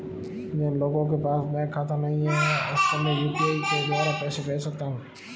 जिन लोगों के पास बैंक खाता नहीं है उसको मैं यू.पी.आई के द्वारा पैसे भेज सकता हूं?